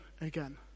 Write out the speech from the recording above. again